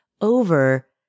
over